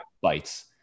Bites